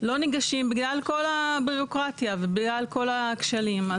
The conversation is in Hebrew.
לא ניגשים בגלל כל הבירוקרטיה ובגלל כל הכשלים.